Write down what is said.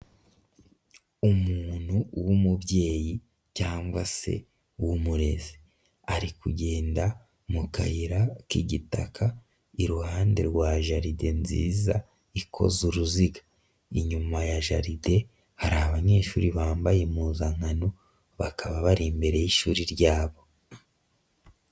Umuntu w'umubyeyi cyangwa se w'umurezi, ari kugenda mu kayira k'igitaka, iruhande rwa jaride nziza ikoze uruziga, inyuma ya jaride, hari abanyeshuri bambaye impuzankano bakaba bari imbere y'ishuri ryabo.